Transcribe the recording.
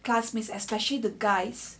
classmates especially the guys